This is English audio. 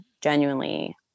genuinely